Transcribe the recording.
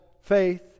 faith